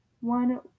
One